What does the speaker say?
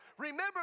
Remember